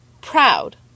proud